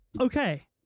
Okay